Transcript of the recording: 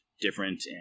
different